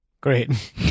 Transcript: Great